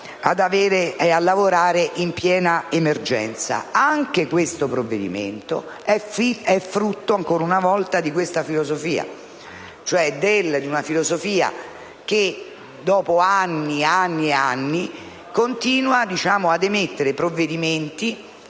a lavorare in piena emergenza. Anche questo provvedimento è frutto, ancora una volta, di questa filosofia: una filosofia per la quale, dopo anni e anni, si continuano a emettere provvedimenti